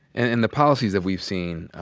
and and the policies that we've seen,